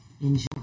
Enjoy